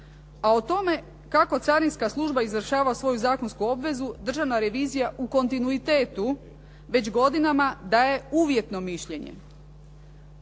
A o tome kako carinska služba izvršava svoju zakonsku obvezu Državna revizija u kontinuitetu već godinama daje uvjetno mišljenje.